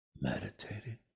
Meditating